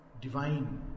divine